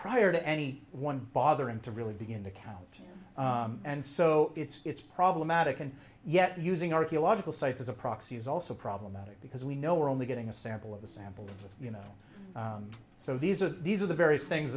prior to any one bothering to really begin to count and so it's problematic and yet using archaeological sites as a proxy is also problematic because we know we're only getting a sample of the sample you know so these are these are the various things